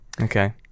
Okay